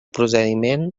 procediment